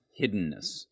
hiddenness